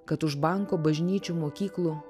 kad už banko bažnyčių mokyklų